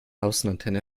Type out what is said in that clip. außenantenne